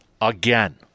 again